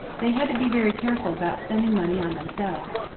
they had to be very careful about spending money on themselves.